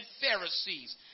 Pharisees